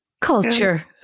culture